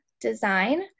design